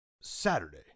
Saturday